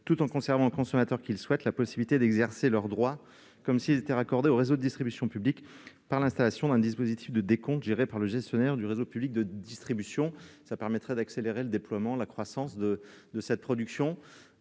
tout en conservant, pour les consommateurs qui le souhaitent, la possibilité d'exercer leurs droits comme s'ils étaient raccordés au réseau de distribution publique, par l'installation d'un dispositif de décompte géré par le gestionnaire du réseau public de distribution. Cela permettra d'accélérer le déploiement et la croissance de la production